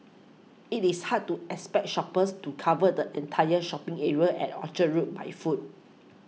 it is hard to expect shoppers to cover the entire shopping area at Orchard Road by foot